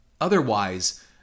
Otherwise